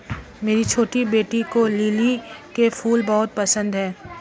मेरी छोटी बेटी को लिली के फूल बहुत पसंद है